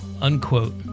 Unquote